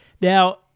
Now